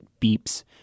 beeps